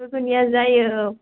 गुगुनिया जायो औ